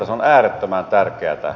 se on äärettömän tärkeätä